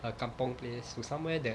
the kampung place to somewhere that